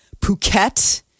Phuket